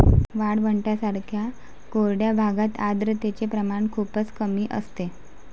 वाळवंटांसारख्या कोरड्या भागात आर्द्रतेचे प्रमाण खूपच कमी असते